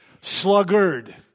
Sluggard